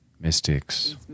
mystics